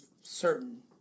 certain